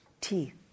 teeth